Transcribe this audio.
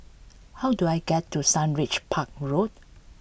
how do I get to Sundridge Park Road